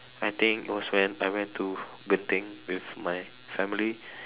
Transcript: I think it was when I went to Genting with my family